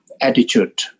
attitude